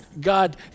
God